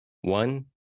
One